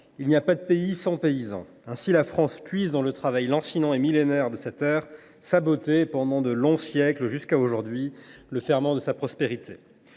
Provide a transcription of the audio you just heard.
Il n’y a pas de pays sans paysans. » Ainsi, la France puise, dans le travail lancinant et millénaire de sa terre, sa beauté et, pendant de longs siècles et jusqu’à aujourd’hui, le ferment de sa prospérité.